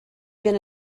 been